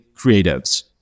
creatives